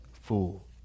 fool